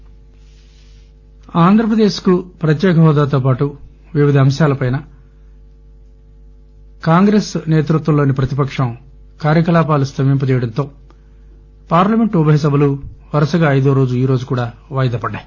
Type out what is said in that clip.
parliament Andhra Pradesh కు ప్రత్యేక హోదాతో పాటు వివిధ అంశాలపైనా కాంగ్రెస్ నేతృత్వలంలోని ప్రతిపక్షం కార్యకలాపాలు స్తంబింపచేయడంతో పార్లమెంట్ సమాపేశాలు వరుసగా ఐదోరోజు ఈరోజు కూడా వాయిదా పడ్డాయి